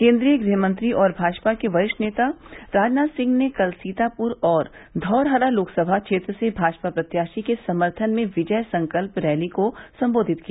केन्द्रीय गृहमंत्री और भाजपा के वरिष्ठ नेता राजनाथ सिंह ने कल सीतापुर और धौरहरा लोकसमा क्षेत्र से भाजपा प्रत्याशी के सम्थन में विजय संकल्प रैली को संबोवित किया